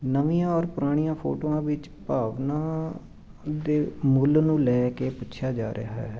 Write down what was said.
ਨਵੀਆਂ ਔਰ ਪੁਰਾਣੀਆਂ ਫੋਟੋਆਂ ਵਿੱਚ ਭਾਵਨਾ ਦੇ ਮੁੱਲ ਨੂੰ ਲੈ ਕੇ ਪੁੱਛਿਆ ਜਾ ਰਿਹਾ ਹੈ